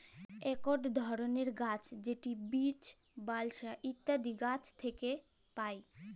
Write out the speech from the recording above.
ইকট ধরলের কাঠ যেট বীচ, বালসা ইত্যাদি গাহাচ থ্যাকে পায়